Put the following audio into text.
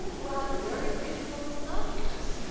who has very beautiful moustachios.